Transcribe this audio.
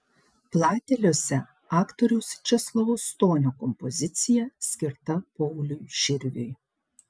plateliuose aktoriaus česlovo stonio kompozicija skirta pauliui širviui